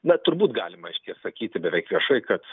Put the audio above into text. na turbūt galima reiškia sakyti beveik viešai kad su